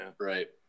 right